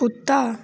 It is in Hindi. कुत्ता